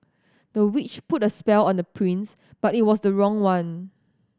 the witch put a spell on the prince but it was the wrong one